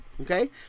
Okay